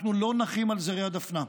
אנחנו לא נחים על זרי הדפנה,